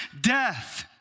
death